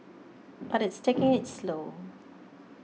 but it's taking it slow